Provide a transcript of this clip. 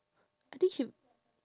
I think should